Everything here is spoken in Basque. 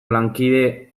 lankide